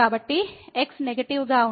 కాబట్టి x negative గా ఉంటే మీరు గమనించండి